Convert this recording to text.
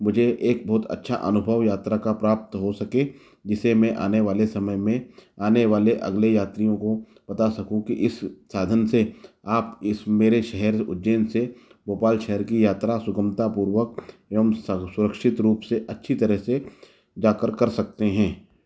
मुझे एक बहुत अच्छा अनुभव यात्रा का प्राप्त हो सके जिससे मैं आने वाले समय में आने वाले अगले यात्रियों को बता सकूँ कि इस साधन से आप इस मेरे शहर उज्जैन से भोपाल शहर की यात्रा सुगमतापूर्वक एवं सरल सुरक्षित रूप से अच्छी तरह से जाकर कर सकते हैं